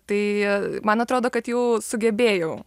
tai man atrodo kad jau sugebėjau